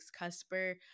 cusper